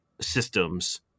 systems